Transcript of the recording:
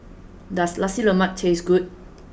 does Nasi Lemak taste good